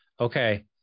Okay